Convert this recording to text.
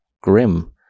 grim